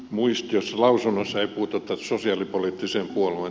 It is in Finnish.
valiokunnan lausunnossa ei puututa sosiaalipoliittiseen puoleen